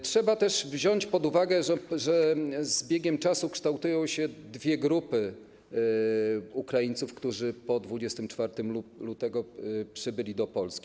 Trzeba też wziąć pod uwagę, że z biegiem czasu kształtują się dwie grupy Ukraińców, którzy po 24 lutego przybyli do Polski.